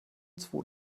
zwo